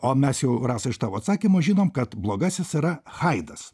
o mes jau rasa iš tavo atsakymo žinom kad blogasis yra haidas